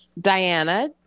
diana